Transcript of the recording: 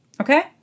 okay